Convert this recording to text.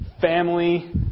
family